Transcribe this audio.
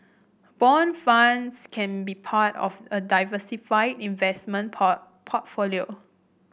bond funds can be part of a diversified investment port portfolio